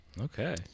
Okay